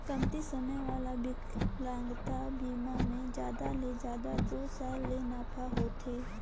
कमती समे वाला बिकलांगता बिमा मे जादा ले जादा दू साल ले नाफा होथे